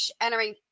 entering